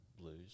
Blues